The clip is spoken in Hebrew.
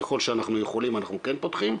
ככול שאנחנו יכולים אנחנו כן פותחים,